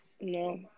No